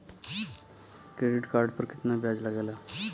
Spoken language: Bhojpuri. क्रेडिट कार्ड पर कितना ब्याज लगेला?